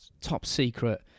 top-secret